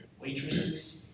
waitresses